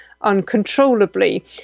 uncontrollably